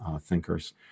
thinkers